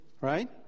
right